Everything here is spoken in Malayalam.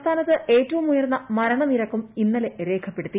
സംസ്ഥാനത്ത് ഏറ്റവും ഉയർന്ന മരണ നിരക്കും ഇന്നലെ രേഖപ്പെടുത്തി